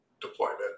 deployment